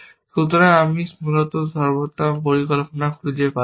সুতরাং আমি মূলত সর্বোত্তম পরিকল্পনা খুঁজে পাচ্ছি না